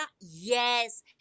yes